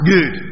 Good